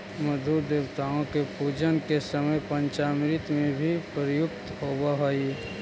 मधु देवताओं के पूजन के समय पंचामृत में भी प्रयुक्त होवअ हई